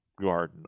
garden